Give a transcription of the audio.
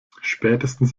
spätestens